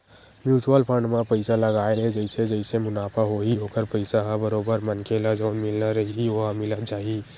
mutual fund म पइसा लगाय ले जइसे जइसे मुनाफ होही ओखर पइसा ह बरोबर मनखे ल जउन मिलना रइही ओहा मिलत जाही